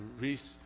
Reese